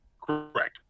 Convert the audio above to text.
Correct